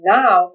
now